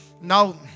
now